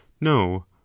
No